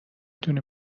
دونی